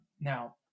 now